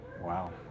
Wow